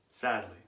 Sadly